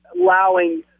allowing